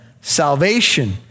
salvation